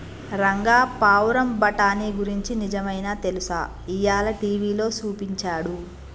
రంగా పావురం బఠానీ గురించి నిజమైనా తెలుసా, ఇయ్యాల టీవీలో సూపించాడు